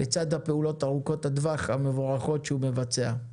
לצד הפעולות ארוכות הטווח, המבורכות, שהוא מבצע.